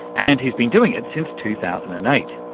and he's been doing it since two thousand and eight.